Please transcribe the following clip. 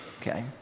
okay